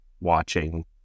watching